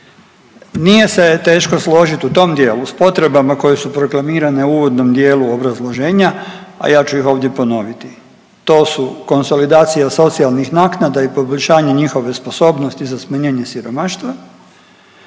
Nije se teško složit u tom dijelu s potrebama koje su proklamirane u uvodnom dijelu obrazloženja, a ja ću ih ovdje ponoviti. To su konsolidacija socijalnih naknada i poboljšanje njihove sposobnosti za smanjenje siromaštva.